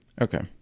okay